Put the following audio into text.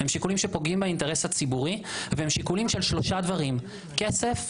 הם שיקולים שפוגעים באינטרס הציבורי והם שיקולים של שלושה דברים: כסף,